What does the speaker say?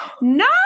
no